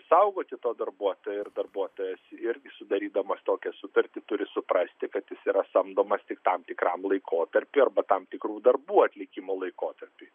saugoti to darbuotojo ir darbuotojas irgi sudarydamas tokią sutartį turi suprasti kad jis yra samdomas tik tam tikram laikotarpiui arba tam tikrų darbų atlikimo laikotarpiui